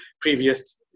previous